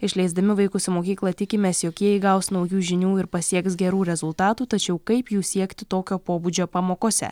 išleisdami vaikus į mokyklą tikimės jog jie įgaus naujų žinių ir pasieks gerų rezultatų tačiau kaip jų siekti tokio pobūdžio pamokose